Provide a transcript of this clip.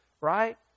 right